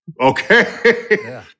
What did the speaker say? Okay